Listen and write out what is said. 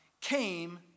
came